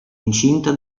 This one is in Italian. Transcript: incinta